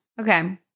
Okay